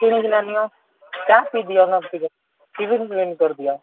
କିଣିକିନା ନିଅ କ୍ୟାସ୍ ବି ଦିଅ କରିଦିଅ